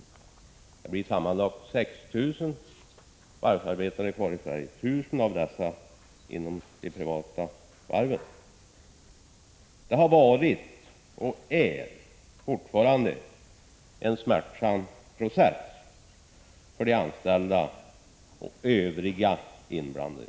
Det blir sammanlagt 6 000 varvsarbetare kvar i Sverige — 1 000 av dessa inom de privata varven. Detta har varit och är fortfarande en smärtsam process för de anställda och övriga inblandade.